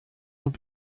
und